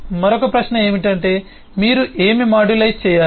మరొక ప్రశ్న ఏమిటంటే మీరు ఏమి మాడ్యులైజ్ చేయాలి